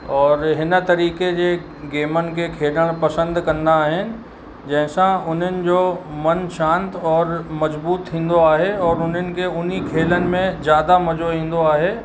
औरि हिन तरीक़े जे गेमनि खे खेॾणु पसंदि कंदा आहिनि जंहिंसां उन्हनि जो मन शांति औरि मजबूत थींदो आहे और उनन खे उन खेलनि में ज़्यादा मज़ो ईंदो आहे